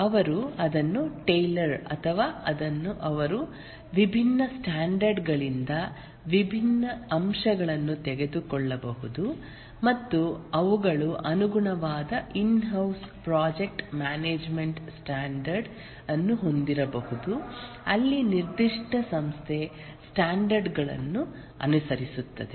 ಅವರು ಅದನ್ನು ಟೈಲರ್ ಅಥವಾ ಅವರು ವಿಭಿನ್ನ ಸ್ಟ್ಯಾಂಡರ್ಡ್ ಗಳಿಂದ ವಿಭಿನ್ನ ಅಂಶಗಳನ್ನು ತೆಗೆದುಕೊಳ್ಳಬಹುದು ಮತ್ತು ಅವುಗಳು ಅನುಗುಣವಾದ ಇನ್ಹೌಸ್ ಪ್ರಾಜೆಕ್ಟ್ ಮ್ಯಾನೇಜ್ಮೆಂಟ್ ಸ್ಟ್ಯಾಂಡರ್ಡ್ ಅನ್ನು ಹೊಂದಿರಬಹುದು ಅಲ್ಲಿ ನಿರ್ದಿಷ್ಟ ಸಂಸ್ಥೆ ಸ್ಟ್ಯಾಂಡರ್ಡ್ ಗಳನ್ನು ಅನುಸರಿಸುತ್ತದೆ